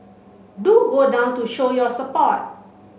do go down to show your support